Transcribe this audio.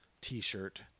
t-shirt